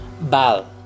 BAL